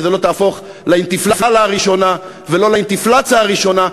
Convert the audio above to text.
שהיא לא תהפוך לאינתיפללה הראשונה ולא לאינתיפלצה הראשונה,